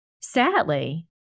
Sadly